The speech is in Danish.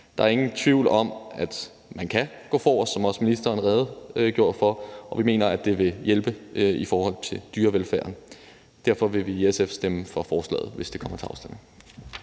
Der er ingen tvivl om, at man kan gå forrest, som også ministeren redegjorde for, og vi mener, at det vil hjælpe i forhold til dyrevelfærden. Derfor vil vi i SF stemme for forslaget, hvis det kommer til afstemning.